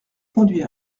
conduit